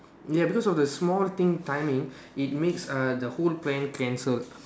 ya because of the small thing timing it makes uh the whole plan cancelled